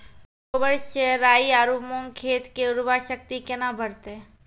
गोबर से राई आरु मूंग खेत के उर्वरा शक्ति केना बढते?